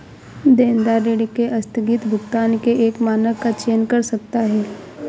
देनदार ऋण के आस्थगित भुगतान के एक मानक का चयन कर सकता है